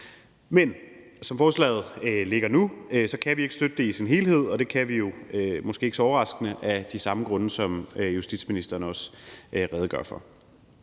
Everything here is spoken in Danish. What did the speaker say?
Men som forslaget ligger nu, kan vi ikke støtte det i sin helhed, og det kan vi ikke, måske ikke så overraskende, af de samme grunde, som justitsministeren også redegjorde for.